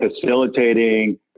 facilitating